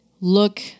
look